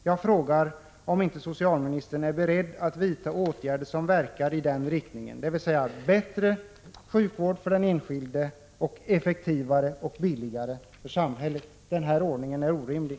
Jag frågar om inte socialministern är beredd att vidta åtgärder som verkar i den riktningen att vi får en ordning som ger bättre sjukvård för den enskilde och som blir effektivare och billigare för samhället. Nuvarande ordning är orimlig.